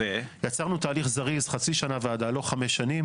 יצרנו תהליך זריז, חצי שנה ועדה, לא חמש שנים.